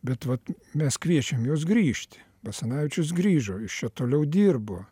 bet vat mes kviečiam juos grįžti basanavičius grįžo jis čia toliau dirbo